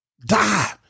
Die